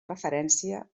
referència